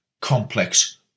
complex